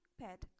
pet